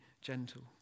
gentle